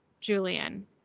Julian